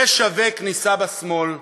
זה שווה כניסה בשמאל,